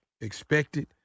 expected